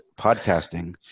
podcasting